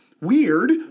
weird